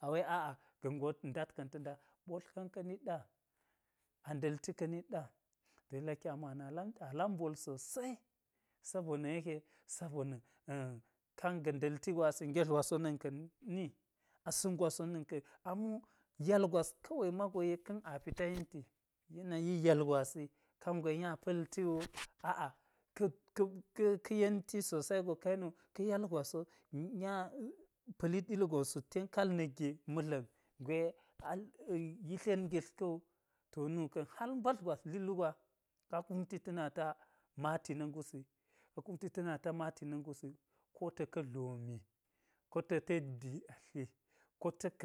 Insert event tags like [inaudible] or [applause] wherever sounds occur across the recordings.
A wei a'a ga̱n go ndat ka̱n ta̱ nda, ɓotlka̱n ka̱ nit ɗa a nda̱lti ka̱ nit ɗa. To yek laki a na lamti a lam mbol sosai sabona̱ yeke sabona̱ kan ga̱ nda̱lt gwasi. Ngetl gwas wo na̱k ka̱n ni asa̱n gwas wo na̱n ka̱n amo yal gwas kawai mago yek ka̱n a pita yenti. Yanayi yal gwasi kangwe nya pa̱lti wu. Aa ka̱ ka̱ yenti sosai ka yeni wo ka̱ yal gwas wo nya pa̱lit ilgon sut ten kaal na̱k ge ma̱dla̱n gwe [hesitation] yitlet ngetl ka̱wu. To, nuka̱n hal mbadl gwas lil wu gwa ka kumti ta̱ na maati na̱ ngusi ka kumti ta̱ na maati na̱ ngusi, kota̱ ka̱ dlo me kota̱ ten dii atli kota̱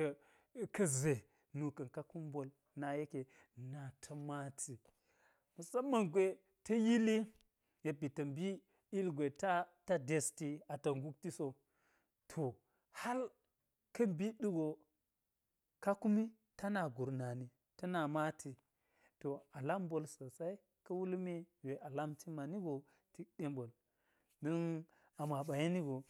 ka̱ ze nuka̱n ka kum mbol na ta maati musamman gwe ta̱ yili yek ba̱ta̱ mbi ilgwe ta [hesitation] ta ndesti ata̱ ngukti sowu. To, hal ka̱ mbitɗu go ka kumi ta na gusnani ta na maati, to a lam mbol sosai ka̱ wulme gwe a lamti mani go tik ɗe mbol. don a mo aɓa yeni go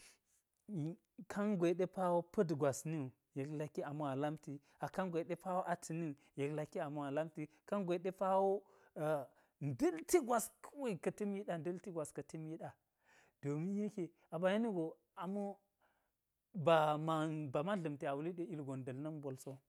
[hesitation] kangwe ɗe paa we pa̱t gwas ni wu, yek laki a mo a lamti. A kangwe ɗe paa we ata̱ ni wu yek laki a mo a lamti, kangwe ɗe wo [hesitation] nda̱lti gwas kawei nda̱lti gwas ka̱ ta̱mi ɗa. Domin yekke a ɓa yeni go a mo baman baman dla̱mti a wuli ɗe ilgon nda̱l na̱k mbol so